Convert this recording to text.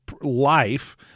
life